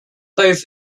both